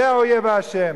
זה האויב האשם.